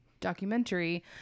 documentary